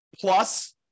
plus